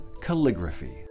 calligraphy